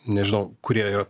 nežinau kurie yra